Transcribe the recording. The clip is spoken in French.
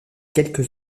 quelques